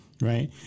right